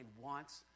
wants